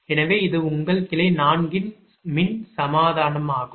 எனவே இது உங்கள் கிளை 4 மின் சமமானதாகும்